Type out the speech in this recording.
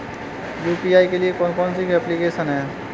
UPI के लिए कौन कौन सी एप्लिकेशन हैं?